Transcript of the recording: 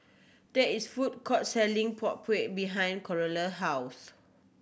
there is food court selling Png Kueh behind Creola house